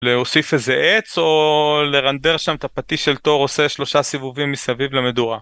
להוסיף איזה עץ או לרנדר שם את הפטיש של תור עושה שלושה סיבובים מסביב למדורה